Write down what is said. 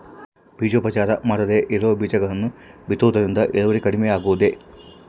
ಬೇಜೋಪಚಾರ ಮಾಡದೇ ಇರೋ ಬೇಜಗಳನ್ನು ಬಿತ್ತುವುದರಿಂದ ಇಳುವರಿ ಕಡಿಮೆ ಆಗುವುದೇ?